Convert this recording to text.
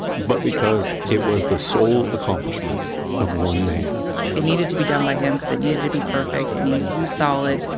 but because it was the sole accomplishment of one man it needed to be done by him, because it needed to be perfect. it needed to be solid.